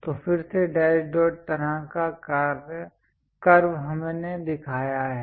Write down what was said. तो फिर से डैश डॉट तरह का कर्व हमने दिखाया है